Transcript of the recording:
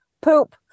poop